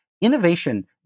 innovation